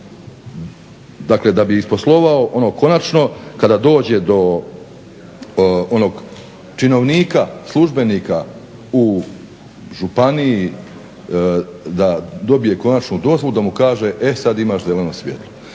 Dakle, da bi isposlovao ono konačno kada dođe do onog činovnika, službenika u županiji da dobije konačnu dozvolu da mu kaže e sad imaš zeleno svjetlo.